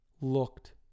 looked